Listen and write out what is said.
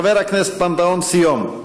חבר הכנסת פנתהון סיום,